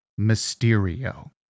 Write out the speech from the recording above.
Mysterio